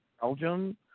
Belgium